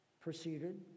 proceeded